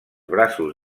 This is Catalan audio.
braços